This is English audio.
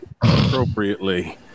appropriately